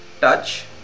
touch